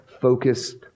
focused